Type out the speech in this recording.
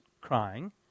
crying